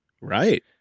right